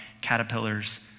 caterpillars